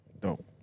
Dope